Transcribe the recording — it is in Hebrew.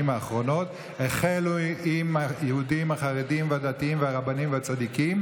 האחרונות החלה עם היהודים החרדים והדתיים והרבנים והצדיקים,